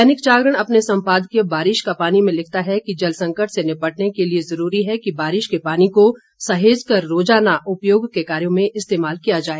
दैनिक जागरण अपने सम्पादकीय बारिश का पानी में लिखता है कि जल संकट से निपटने के लिये जरूरी है कि बारिश के पानी को सहेजकर रोजाना उपयोग के कार्यों में इस्तेमाल किया जाए